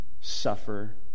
suffer